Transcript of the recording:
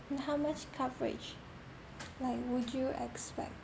then how much coverage like would you expect